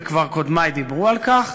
וקודמי כבר דיברו על כך,